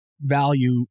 value